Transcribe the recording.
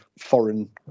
foreign